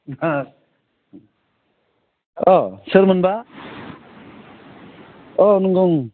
औ सोरमोनबा औ नंगौ उम